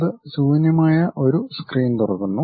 അത് ശൂന്യമായ ഒരു സ്ക്രീൻ തുറക്കുന്നു